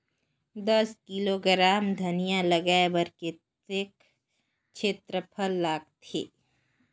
दस किलोग्राम धनिया लगाय बर कतेक क्षेत्रफल लगथे?